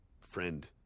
friend